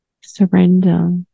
Surrender